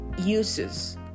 uses